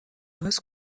عوض